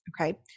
Okay